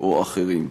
או אחרים.